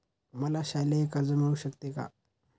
मला शालेय कर्ज मिळू शकते का?